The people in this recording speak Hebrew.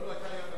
לא, היתה אי-הבנה.